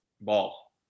ball